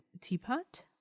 teapot